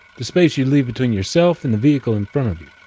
the space you leave between yourself and the vehicle in front of you.